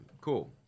cool